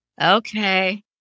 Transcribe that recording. okay